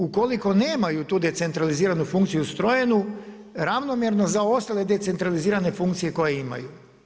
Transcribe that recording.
Ukoliko nemaju tu decentraliziranu funkciju ustrojenu ravnomjerno za ostale decentralizirane funkcije koje imaju.